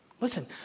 Listen